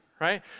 right